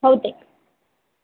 होऊ दे